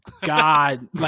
God